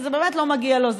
כי זה באמת לא מגיע לו,